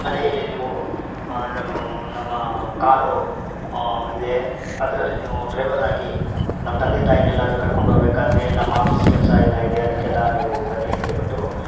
ಮನೆಯಲ್ಲಿ ನೀವು ನಮ್ಮ ಕಾರು ಇದೆ ಅದರಲ್ಲಿ ನೀವು ಡ್ರೈವರ್ ಆಗಿ ನಮ್ಮ ತಂದೆ ತಾಯಿನೆಲ್ಲಾದ್ರೂ ಕರ್ಕೊಂಡು ಹೋಗ್ಬೇಕಾದರೆ ನಮ್ಮ ಆಫೀಸ್ ಕೆಲಸ ಎಲ್ಲ ಇದೆ ಅದಕ್ಕೆಲ್ಲ ನೀವು ಬನ್ನಿ ಅಂತ ಹೇಳಿಬಿಟ್ಟು